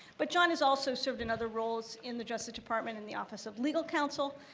but john has also served in other roles in the justice department in the office of legal counsel,